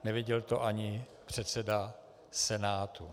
Nevěděl to ani předseda Senátu.